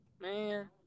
Man